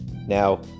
Now